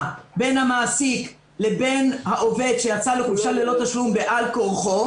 בין המעסיק לבין העובד שיצא לחופשה ללא תשלום בעל-כורחו,